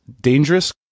dangerous